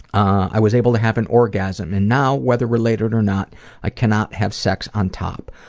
i was able to have an orgasm and now whether related or not i cannot have sex on top,